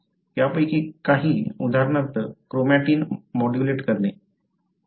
त्यापैकी काही उदाहरणार्थ क्रोमॅटिन मोड्युलेट करणे